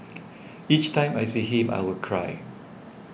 each time I see him I will cry